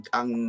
ang